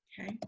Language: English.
Okay